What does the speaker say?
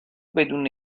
بدون